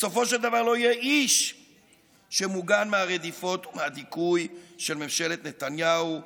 בסופו של דבר לא יהיה איש שמוגן מהרדיפות ומהדיכוי של ממשלת נתניהו,